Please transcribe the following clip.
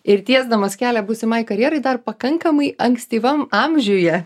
ir tiesdamas kelią būsimai karjerai dar pakankamai ankstyvam amžiuje